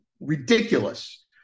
Ridiculous